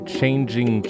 Changing